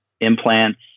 implants